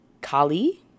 Kali